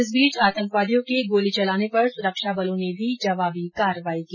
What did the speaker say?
इस बीच आतंकवादियों के गोली चलाने पर सुरक्षाबलों ने भी जवाबी कार्रवाई की